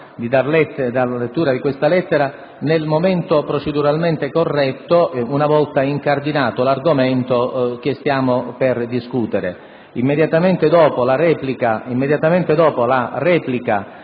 di dare lettura di questa lettera nel momento proceduralmente corretto, una volta incardinato l'argomento che stiamo per discutere. Quindi, immediatamente dopo la replica